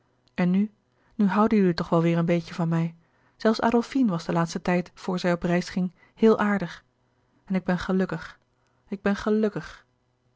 en nu nu houden jullie toch wel weêr een beetje van mij zelfs adolfine was den laatsten tijd voor zij op reis ging heel aardig en ik ben gelukkig ik ben gelukkig